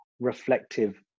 reflective